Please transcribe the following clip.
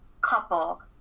couple